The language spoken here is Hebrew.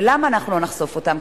ולמה אנחנו לא נחשוף אותן?